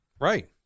Right